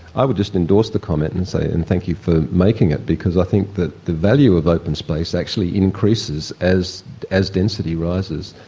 i would just endorse the comment and say and thank you for making it because i think the the value of open space actually increases as as density rises,